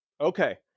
Okay